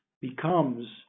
becomes